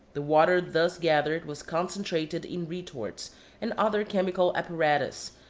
the water thus gathered was concentrated in retorts and other chymical apparatus,